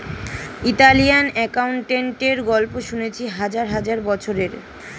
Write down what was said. Italian অ্যাকাউন্টেন্টের গল্প শুনেছি হাজার হাজার বছরের